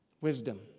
Wisdom